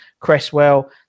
Cresswell